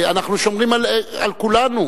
אנחנו שומרים על כולנו.